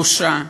בושה.